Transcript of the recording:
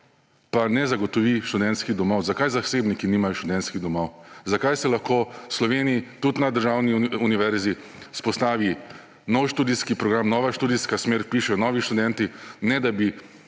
pa ne zagotovi študentskih domov. Zakaj zasebniki nimajo študentskih domov? Zakaj se lahko v Sloveniji tudi na državni univerzi vzpostavi nov študijski program, nova študijska smer, vpišejo novi študenti, ne da bi